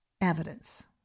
evidence